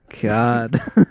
God